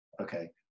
okay